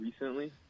recently